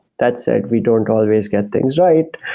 that said, we don't always get things right.